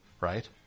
right